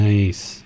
Nice